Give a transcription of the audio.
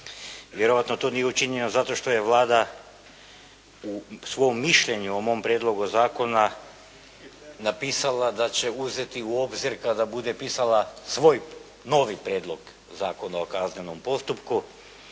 vjerojatno to nije učinjeno zato što je Vlada u svom mišljenju o mom prijedlogu zakona napisala da će uzeti u obzir kada bude pisala svoj novi prijedlog Zakona o kaznenom postupku,